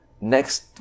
next